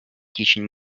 teaching